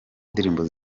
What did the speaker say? ndirimbo